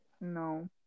No